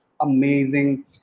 amazing